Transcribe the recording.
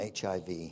HIV